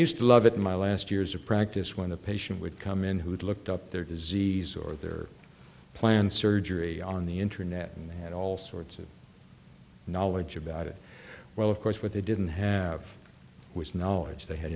used to love it in my last years of practice when the patient would come in who had looked up their disease or their plans surgery on the internet and they had all sorts of knowledge about it well of course what they didn't have was knowledge they had